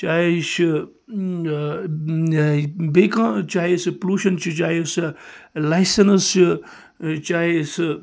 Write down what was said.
چاہے چھُ بیٚیہِ کانٛہہ چاہے سُہ پۅلوٗشَن چھُ چاہے سۅ لایسَنٕز چھِ چاہے سُہ